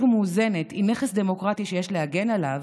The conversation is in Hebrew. ומאוזנת היא נכס דמוקרטי שיש להגן עליו,